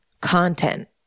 content